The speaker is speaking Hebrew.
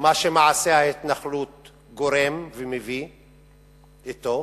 מה שמעשה ההתנחלות גורם ומביא אתו,